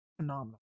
Phenomenal